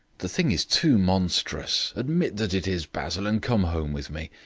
the thing is too monstrous. admit that it is, basil, and come home with me.